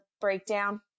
breakdown